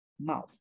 mouth